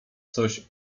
coś